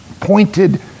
pointed